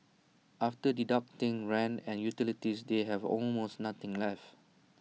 after deducting rent and utilities they have almost nothing left